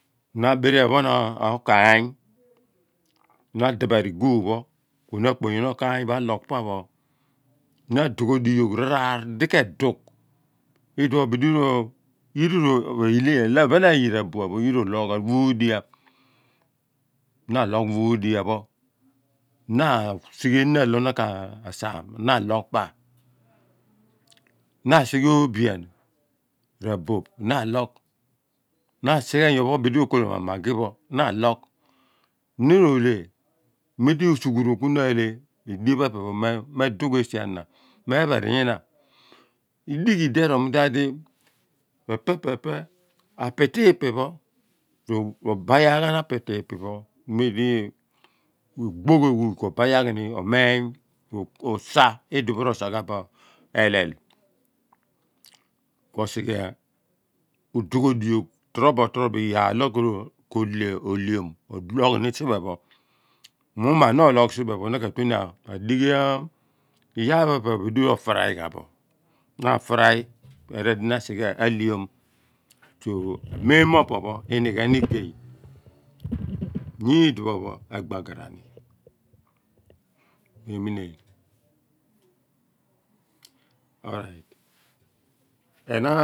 Na abice ophon okaany na adephen guugh ku na akponyon okaany pho alogh pa pho na adoghodi yogh raar di ke dugh uluon bidi ro yira ogle ephen ayira abuan pho yira abuan pho yira r' ologh ghan wuudia na ologh wuudia na asighe nyopo abidi rikol ghan bo mo amaji pho na alogh na oohle mem lo isughuron ku na ahle bin edien epeh pho me dugh esi ana mephor nyina idighi idi erol maadi apitipi pho robayagh apitipi pho maybe egbogh eghuuay kobayagh osah ulipho r'osa ghan bo elel ku osighe odoghodi torubob iyaar di ko leom ologh siphe pho mughum ma na ologh siphe pho na ka tue ni adighi iyaar pho epe buli rofry ghan bobna fry erol daadi na asighe aleom so mem mo opo pho iinighe ni igey nyiidiphi pho eybagara ni memineery